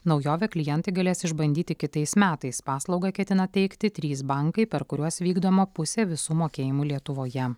naujovę klientai galės išbandyti kitais metais paslaugą ketina teikti trys bankai per kuriuos vykdoma pusė visų mokėjimų lietuvoje